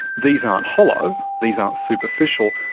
these aren't hollow, these aren't superficial,